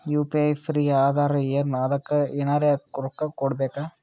UPI free ಅದಾರಾ ಏನ ಅದಕ್ಕ ಎನೆರ ರೊಕ್ಕ ಕೊಡಬೇಕ?